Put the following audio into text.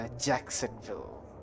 Jacksonville